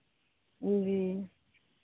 जी